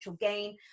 gain